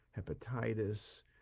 hepatitis